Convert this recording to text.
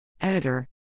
Editor